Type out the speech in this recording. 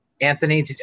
Anthony